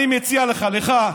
אני מציע לך, לך,